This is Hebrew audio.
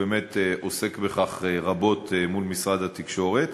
באמת עוסק בכך רבות מול משרד התקשורת,